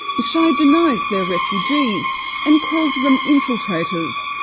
yishai denies they're refugees and calls them infiltrators,